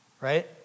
right